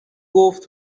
گفت